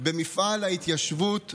במפעל ההתיישבות בנגב,